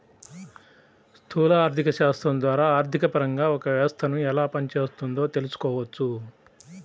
స్థూల ఆర్థికశాస్త్రం ద్వారా ఆర్థికపరంగా ఒక వ్యవస్థను ఎలా పనిచేస్తోందో తెలుసుకోవచ్చు